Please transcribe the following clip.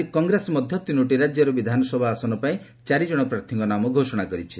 ଆଜି କଂଗ୍ରେସ ମଧ୍ୟ ତିନୋଟି ରାଜ୍ୟର ବିଧାନସଭା ଆସନ ପାଇଁ ଚାରିଜଣ ପ୍ରାର୍ଥୀଙ୍କ ନାମ ଘୋଷଣା କରିଛି